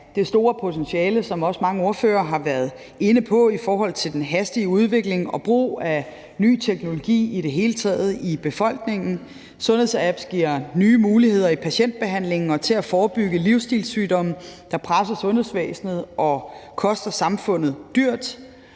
det store potentiale, som også mange ordførere har været inde på, i forhold til den hastige udvikling og brug af ny teknologi i det hele taget i befolkningen. Sundhedsapps giver nye muligheder i patientbehandlingen og mulighed for at forebygge livsstilssygdomme, der presser sundhedsvæsenet og koster samfundet dyrt.